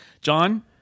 John